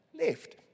left